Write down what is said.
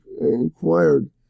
inquired